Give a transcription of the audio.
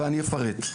ואני אפרט.